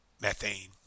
methane